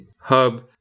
hub